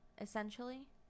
Essentially